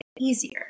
easier